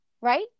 Right